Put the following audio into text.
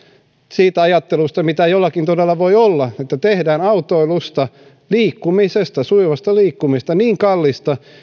siitä ajattelusta mitä jollakin todella voi olla että tehdään autoilusta sujuvasta liikkumisesta niin kallista